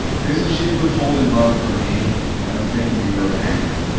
basically she's withholding love from me and it's making me really angry.